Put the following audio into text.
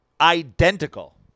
identical